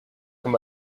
from